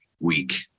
week